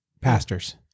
Pastors